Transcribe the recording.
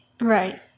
Right